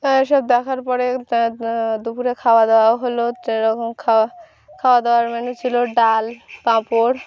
তো এসব দেখার পরে দুপুরে খাওয়াদাওয়া হলো সেরকম খাওয়া খাওয়াদাওয়ার মেনু ছিল ডাল পাঁপড়